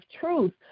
truth